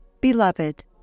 Beloved